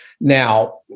Now